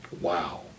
Wow